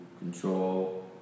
control